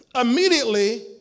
Immediately